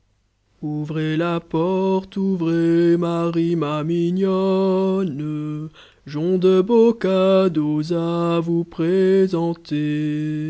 ouvrez la porte ouvrez